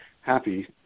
happy